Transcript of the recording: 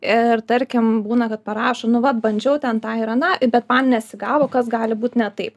ir tarkim būna kad parašo nu vat bandžiau ten tą ir aną bet man nesigavo kas gali būt ne taip